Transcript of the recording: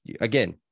again